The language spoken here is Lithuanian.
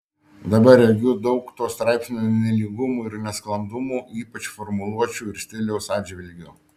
dabar regiu daug to straipsnio nelygumų ir nesklandumų ypač formuluočių ir stiliaus atžvilgiu